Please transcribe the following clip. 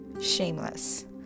Shameless